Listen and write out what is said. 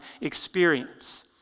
experience